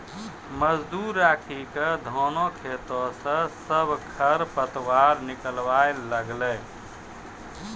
मजदूर राखी क धानों खेतों स सब खर पतवार निकलवाय ल लागलै